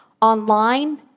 online